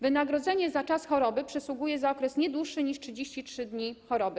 Wynagrodzenie za czas choroby przysługuje za okres nie dłuższy niż 33 dni choroby.